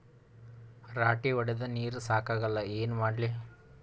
ರಾಟಿ ಹೊಡದ ನೀರ ಸಾಕಾಗಲ್ಲ ಏನ ಮಾಡ್ಲಿ?